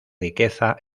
riqueza